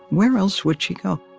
where else would she go?